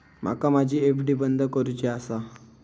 माका माझी एफ.डी बंद करुची आसा